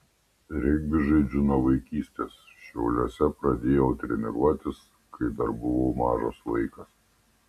regbį žaidžiu nuo vaikystės šiauliuose pradėjau treniruotis kai dar buvau mažas vaikas